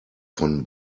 von